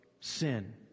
sin